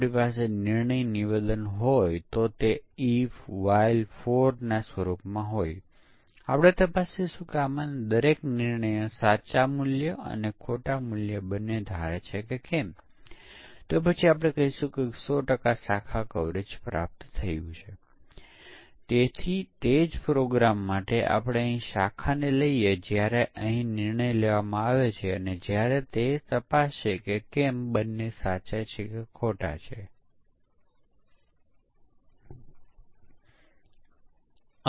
આપણે એક મોડેલ તૈયાર કરીએ છીએ અને પછી આ મોડેલને આપણે ડોમેન મોડેલ કહીયે છીએ અને આ ડોમેન મોડેલના આધારે આપણે આ મોડેલમાંથી પરીક્ષણનો ડેટા પસંદ કરીએ છીએ